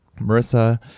Marissa